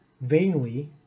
vainly